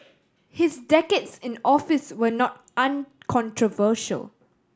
his decades in office were not uncontroversial